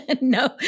No